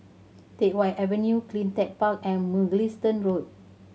Teck Whye Avenue Cleantech Park and Mugliston Road